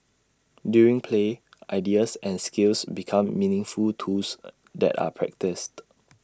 during play ideas and skills become meaningful tools that are practised